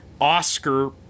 Oscar